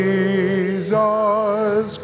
Jesus